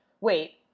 wait